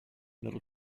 middle